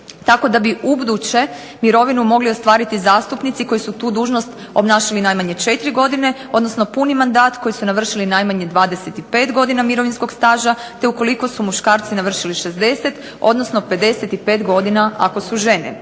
tako da bi u buduće mirovinu mogli ostvariti zastupnici koji su tu dužnost obnašali najmanje 4 godine, odnosno puni mandat koji su navršili najmanje 25 godina mirovinskog staža, te ukoliko su muškarci navršili 60 odnosno 55 godina ako su žene.